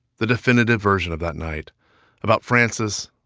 the definitive version of that night about francis,